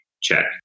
check